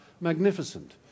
magnificent